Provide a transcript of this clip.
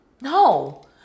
no